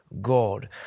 God